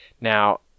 Now